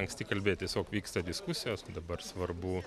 anksti kalbėt tiesiog vyksta diskusijos dabar svarbu